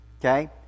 okay